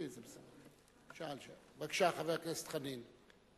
בבקשה, חבר הכנסת חנין.